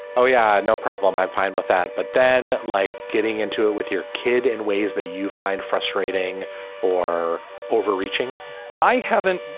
oh, yeah, no problem. i find with that. but then like getting into it with your kid in ways that you find frustrating or overreaching i haven't.